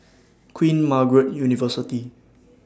Queen Margaret University